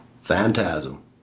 Phantasm